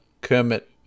Kermit